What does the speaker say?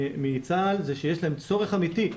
מצה"ל זה שיש להם צורך אמיתי,